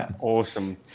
Awesome